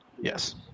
Yes